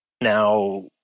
now